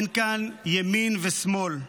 אין כאן ימין ושמאל.